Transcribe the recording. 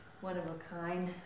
one-of-a-kind